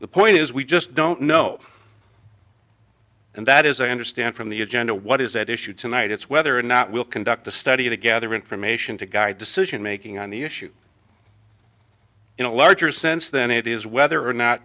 the point is we just don't know and that as i understand from the agenda what is at issue tonight it's whether or not will conduct a study to gather information to guide decision making on the issue in a larger sense than it is whether or not